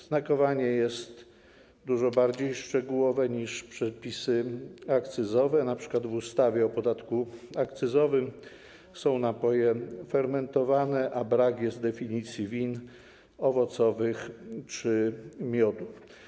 Znakowanie jest dużo bardziej szczegółowe niż przepisy akcyzowe, np. w ustawie o podatku akcyzowym są napoje fermentowane, a brak jest definicji win owocowych czy miodu.